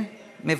אינו נוכח,